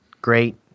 great